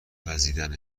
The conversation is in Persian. وزیدنه